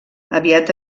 aviat